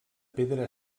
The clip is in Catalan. pedra